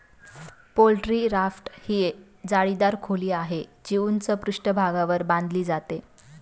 poultry raft ही जाळीदार खोली आहे, जी उंच पृष्ठभागावर बांधली जाते